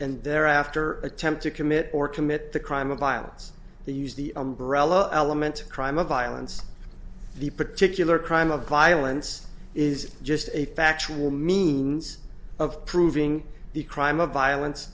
and there are after attempt to commit or commit the crime of violence the use the umbrella element crime of violence the particular crime of violence is just a factual means of proving the crime of violence